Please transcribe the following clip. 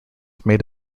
made